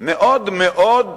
מאוד מאוד,